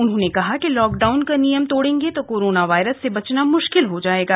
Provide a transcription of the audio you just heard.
उन्होंने कहा कि लॉकडाउन का नियम तोड़ेंगे तो कोरोना वायरस से बचना मुश्किल हो जायेगा